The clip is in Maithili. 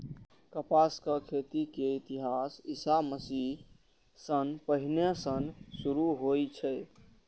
कपासक खेती के इतिहास ईशा मसीह सं पहिने सं शुरू होइ छै